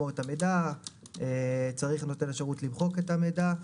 את המידע צריך נותן השירות למחוק את המידע.